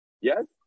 Yes